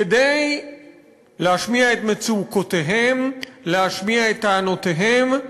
כדי להשמיע את מצוקותיהם, להשמיע את טענותיהם,